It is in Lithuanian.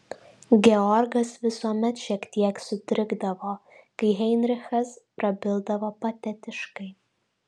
georgas visuomet šiek tiek sutrikdavo kai heinrichas prabildavo patetiškai